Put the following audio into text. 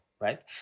right